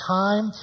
time